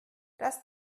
das